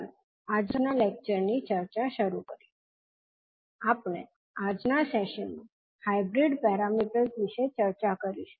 ચાલો આજના લેક્ચર ની ચર્ચા શરૂ કરીએ આપણે આજના સેશનમાં હાઇબ્રીડ પેરામીટર્સ વિશે ચર્ચા કરીશું